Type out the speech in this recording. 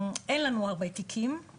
אין לנו הרבה תיקים.